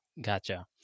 Gotcha